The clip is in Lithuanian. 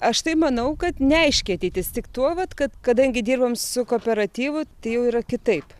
aš manau kad neaiški ateitis tik tuo vat kad kadangi dirbame su kooperatyvu tai jau yra kitaip